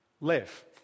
live